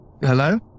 Hello